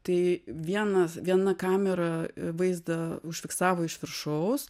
tai vienas viena kamera vaizdą užfiksavo iš viršaus